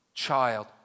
child